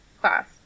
class